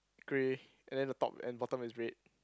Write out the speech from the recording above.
grey and then the top and bottom is red